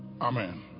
Amen